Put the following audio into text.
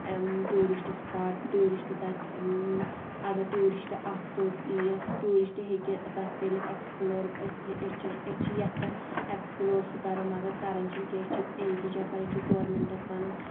tourist spot ٹوٗرِسٹہٕ تَتہِ اگر ٹیوٗرِسٹہٕ اکھ توٚت ییِہے ٹوٗرِسٹہٕ ہیٚکہِ تَتھ کٔرِتھ ایٚکٕسپٕلور أسۍ أسۍ چھِ أسۍ چھِ یژھان اؠکٕسپٕلور سُہ کَرَو مگر کَرَان چھِنہٕ کینٛہہ أسۍ چِھ اِلتِجا کَرَان أسۍ چھِ گورمِنٹَس ونَان